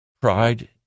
pride